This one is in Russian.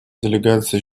делегация